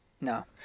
no